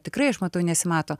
tikrai aš matau nesimato